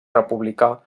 republicà